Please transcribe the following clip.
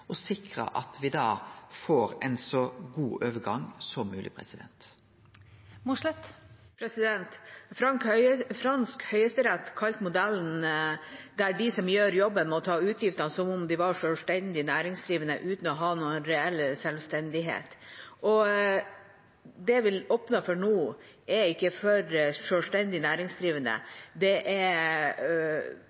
sikre at me får ein så god overgang som mogleg. Fransk høyesterett kalte modellen: De som gjør jobben, må ta utgiftene som om de var selvstendig næringsdrivende uten å ha noen reell selvstendighet. Det vi åpner for nå, er ikke for selvstendig næringsdrivende. Det er